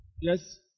Yes